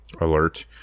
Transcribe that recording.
alert